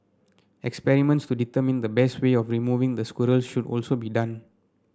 experiments to determine the best way of removing the squirrels should also be done